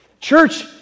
Church